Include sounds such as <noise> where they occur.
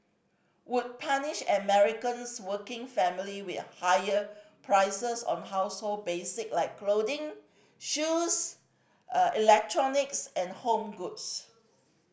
would punish Americans working families with higher prices on household basic like clothing shoes <hesitation> electronics and home goods